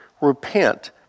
Repent